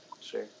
Sure